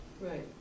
Right